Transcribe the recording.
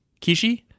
kishi